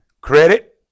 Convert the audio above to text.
credit